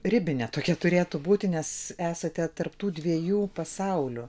ribinė tokia turėtų būti nes esate tarp tų dviejų pasaulių